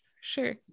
Sure